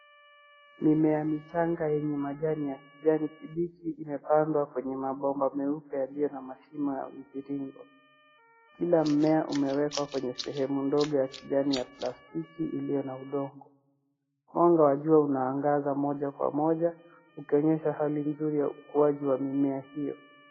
Mimea michanga yenye majani ya kijani kibichi imepandwa kwenye mabomba meupe yaliyo na machuma ya miviringo. Kila mmea umewekwa kwenye sehemu ndogo ya kijani ya plastiki iliyo na udongo. Mwanga wa jua unaangaza moja kwa moja ikionyesha hali nzuri ya ukuaji wa mimea hiyo.